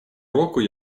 року